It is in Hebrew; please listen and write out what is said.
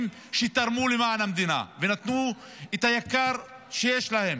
שתרמו למען המדינה ונתנו את היקר שיש להם,